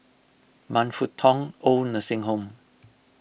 Man Fut Tong Oid Nursing Home